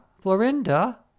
Florinda